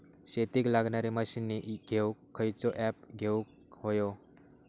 शेतीक लागणारे मशीनी घेवक खयचो ऍप घेवक होयो?